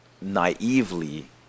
naively